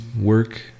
work